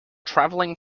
travelling